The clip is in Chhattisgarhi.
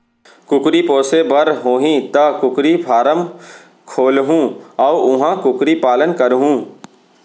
कुकरी पोसे बर होही त कुकरी फारम खोलहूं अउ उहॉं कुकरी पालन करहूँ